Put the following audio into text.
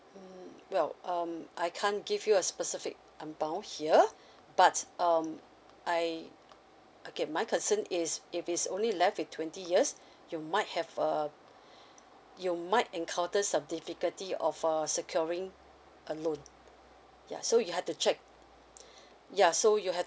mm well um I can't give you a specific amount here but um I okay my concern is if it's only left with twenty years you might have uh you might encounter some difficulty of uh securing a loan ya so you have to check ya so you have